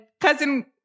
cousin